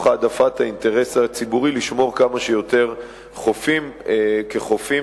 העדפת האינטרס הציבורי לשמור כמה שיותר חופים כחופים